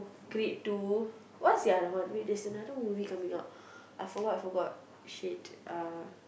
Creed-two what's the other one wait there's another movie coming out I forgot I forgot shit uh